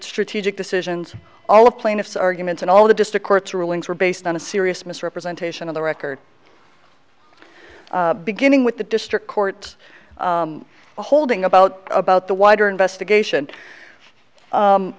strategic decisions all of plaintiff's arguments and all the district court's rulings were based on a serious misrepresentation of the record beginning with the district court holding about about the wider investigation